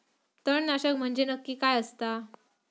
तणनाशक म्हंजे नक्की काय असता?